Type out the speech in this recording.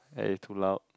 at it too loud